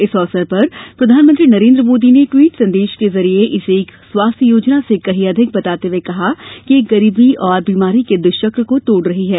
इस अवसर पर प्रधानमंत्री नरेंद्र मोदी ने ट्वीट संदेश के जरिए इसे एक स्वास्थ्य योजना से कहीं अधिक बताते हुए कहा कि यह गरीबी और बीमारी के दुष्वक्र को तोड़ रही है